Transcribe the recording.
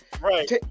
right